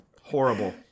Horrible